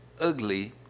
ugly